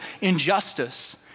injustice